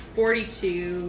forty-two